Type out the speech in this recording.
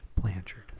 Blanchard